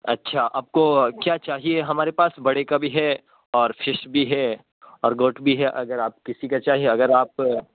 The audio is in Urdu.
اچھا آپ کو کیا چاہیے ہمارے پاس بڑے کا بھی ہے اور فش بھی ہے اور گوٹ بھی ہے اگر آپ کسی کا چاہیے اگر آپ